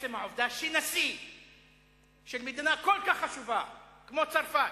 עצם העובדה, שנשיא של מדינה כל כך חשובה כמו צרפת